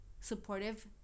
supportive